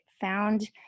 found